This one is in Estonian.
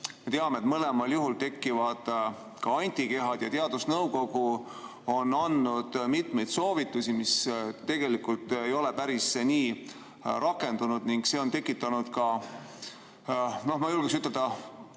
teame, et mõlemal juhul tekivad ka antikehad. Teadusnõukoda on andnud mitmeid soovitusi, mis tegelikult ei ole päris nii rakendunud, ning see on tekitanud ka, ma julgeksin ütelda,